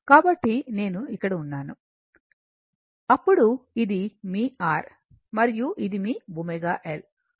కాబట్టి నేను ఇక్కడ ఉన్నాను అప్పుడు ఇది మీ R మరియు ఇది మీ ω L